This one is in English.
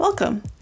Welcome